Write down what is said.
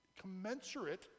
commensurate